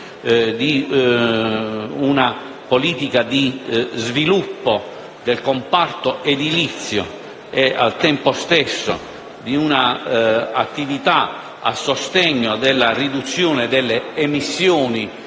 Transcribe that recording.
di una politica di sviluppo del comparto edilizio e, al tempo stesso, di un'attività per la riduzione delle emissioni